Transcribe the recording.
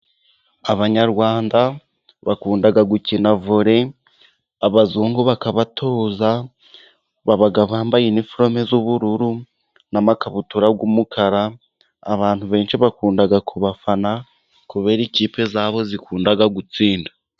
Abanyarwanda bakunda gukina vore abazungu bakabatoza, baba bambaye iniforume y'ubururu, n'amakabutura y'umukara, abantu benshi bakunda gufana kubera ikipe zabo zikunda gutsinda.